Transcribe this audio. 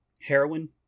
Heroin